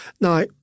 Now